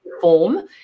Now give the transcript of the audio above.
form